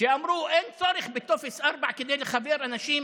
שאמרו שאין צורך בטופס 4 כדי לחבר אנשים